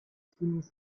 teenies